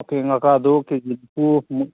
ꯑꯩꯈꯣꯏ ꯉꯀ꯭ꯔꯥꯗꯨ ꯀꯦꯖꯤ ꯅꯤꯐꯨꯃꯨꯛ